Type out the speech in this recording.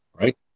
Right